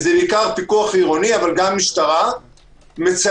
בעיקר פיקוח עירוני אבל גם משטרה - מחכים